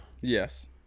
yes